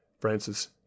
Francis